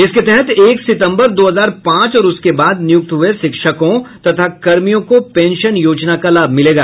इसके तहत एक सितंबर दो हजार पांच और उसके बाद नियुक्त हुये शिक्षकों तथा कर्मियों को पेंशन योजना का लाभ मिलेगा